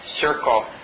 circle